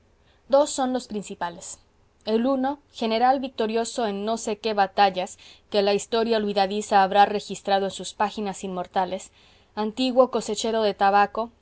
dos son los principales el uno general victorioso en no sé qué batallas que la historia olvidadiza habrá registrado en sus páginas inmortales antiguo cosechero de tabaco